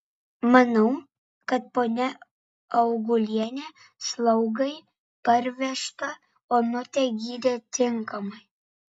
manau kad ponia augulienė slaugai parvežtą onutę gydė tinkamai